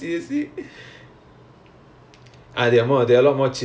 but I think this this year they more relax right um